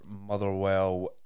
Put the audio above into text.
Motherwell